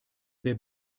wer